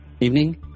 evening